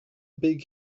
big